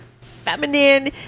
feminine